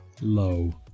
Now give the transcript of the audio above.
Low